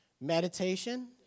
Meditation